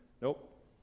Nope